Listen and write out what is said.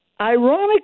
Ironically